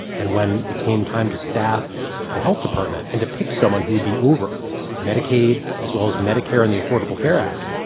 and when it came time to staff the health department and to pick someone who would be over medicaid as well as medicare in the affordable care act,